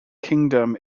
kingdom